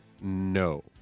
No